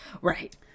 right